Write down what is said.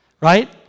right